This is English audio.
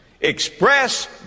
express